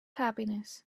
happiness